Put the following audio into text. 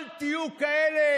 אל תהיו כאלה